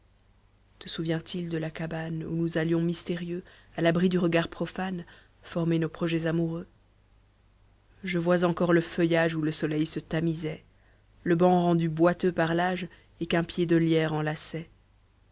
te souvient-il de la cabane où nous allions mystérieux a l'abri du regard profane former nos projets amoureux je vois encore le feuillage où le soleil se tamisait le banc rendu boiteux par l'âge et qu'un pied de lierre enlaçait